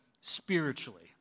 spiritually